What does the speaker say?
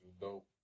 dope